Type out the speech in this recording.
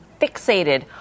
fixated